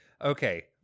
Okay